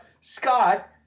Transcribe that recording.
Scott